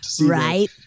Right